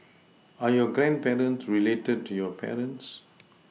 are your grandparents related to your parents